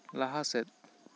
ᱞᱟᱦᱟ ᱥᱮᱫ